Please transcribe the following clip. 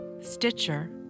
Stitcher